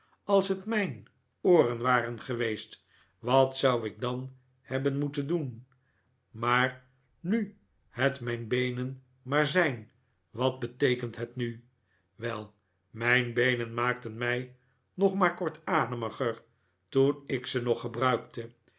als het mijn ooren waren geweest wat zou ik dan hebben moeten doen maar nu het mijn beenen maar zijn wat beteekent het nu wel mijn beenen maakten mij nog maar kortademiger toen ik ze nog gebruikte